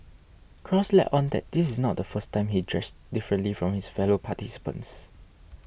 cross let on that this is not the first time he dressed differently from his fellow participants